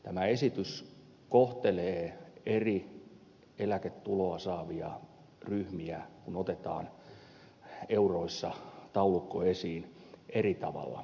tämä esitys kohtelee eri eläketuloa saavia ryhmiä kun otetaan taulukko euroissa esiin eri tavalla